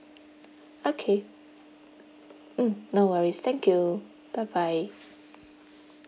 okay um no worries thank you bye bye